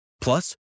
Plus